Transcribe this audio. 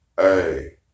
Hey